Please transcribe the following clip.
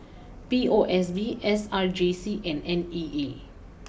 P O S B S R J C and N E E